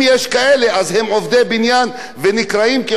עובדי בניין אבל הם קבלנים ראשיים,